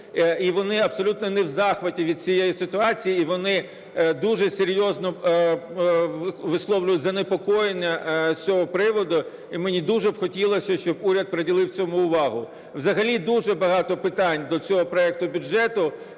і вони абсолютно не в захваті від цієї ситуації, і вони дуже серйозно висловлюють занепокоєння з цього приводу. І мені дуже хотілось би, щоб уряд приділив цьому увагу. Взагалі дуже багато питань до цього проекту бюджету,